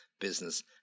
business